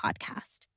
podcast